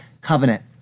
covenant